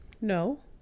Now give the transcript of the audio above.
No